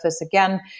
again